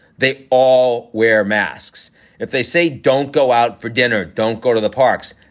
they all wear masks if they say don't go out for dinner, don't go to the parks.